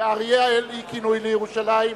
ואריאל היא כינוי לירושלים,